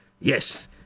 Yes